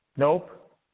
Nope